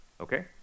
okay